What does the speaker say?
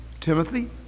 Timothy